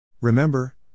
Remember